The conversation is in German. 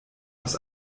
aus